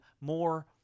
more